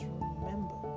remember